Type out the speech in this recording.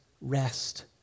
rest